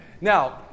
now